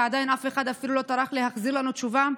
ועדיין אף אחד אפילו לא טרח להחזיר לנו תשובה.